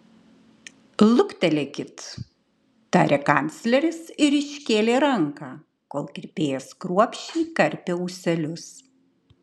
luktelėkit tarė kancleris ir iškėlė ranką kol kirpėjas kruopščiai karpė ūselius